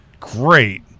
great